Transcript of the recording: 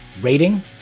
rating